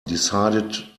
decided